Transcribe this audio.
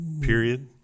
period